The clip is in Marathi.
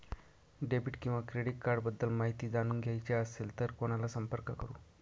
डेबिट किंवा क्रेडिट कार्ड्स बद्दल माहिती जाणून घ्यायची असेल तर कोणाला संपर्क करु?